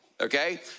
okay